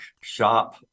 shop